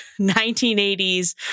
1980s